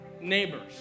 neighbors